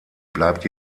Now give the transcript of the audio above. bleibt